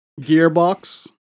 Gearbox